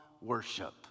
worship